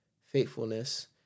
faithfulness